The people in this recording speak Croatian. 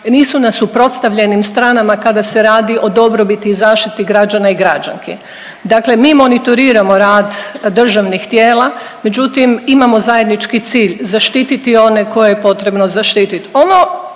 nisu na suprotstavljenim stranama kada se radi o dobrobiti i zaštiti građana i građanki. Dakle mi monitoriramo rad državnih tijela, međutim, imamo zajednički cilj, zaštititi one koje je potrebno zaštititi.